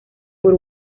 por